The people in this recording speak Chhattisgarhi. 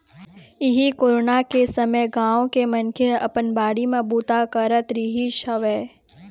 इहीं कोरोना के समे गाँव के मनखे ह अपन बाड़ी म बूता करत रिहिस हवय